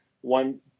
one